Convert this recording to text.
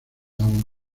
agua